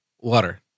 water